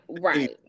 right